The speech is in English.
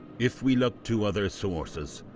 if we look to other sources,